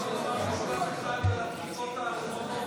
התקיפות האחרונות,